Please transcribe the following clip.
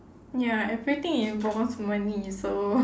ya everything involves money so